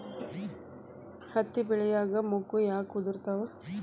ಹತ್ತಿ ಬೆಳಿಯಾಗ ಮೊಗ್ಗು ಯಾಕ್ ಉದುರುತಾವ್?